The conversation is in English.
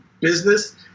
business